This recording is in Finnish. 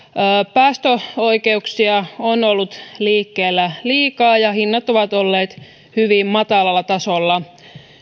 päästöoikeuksia on ollut liikkeellä liikaa ja hinnat ovat olleet hyvin matalalla tasolla